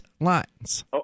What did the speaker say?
lines